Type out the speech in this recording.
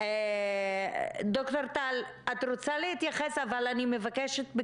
אני מתנצלת על האיחור,